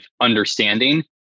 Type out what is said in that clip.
understanding